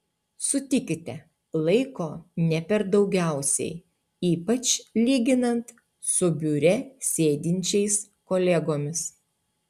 sutikite laiko ne per daugiausiai ypač lyginant su biure sėdinčiais kolegomis